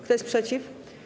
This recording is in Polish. Kto jest przeciw?